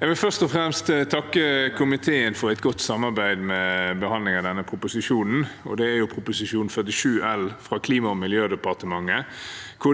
Jeg vil først og fremst takke komiteen for et godt samarbeid om behandlingen av Prop. 47 L for 2023– 2024 fra Klima- og miljødepartementet.